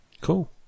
Cool